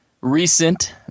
recent